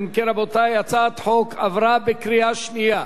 אם כן, רבותי, הצעת החוק עברה בקריאה שנייה.